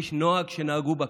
ויש נוהג שנהגו בכנסת.